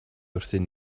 wrthon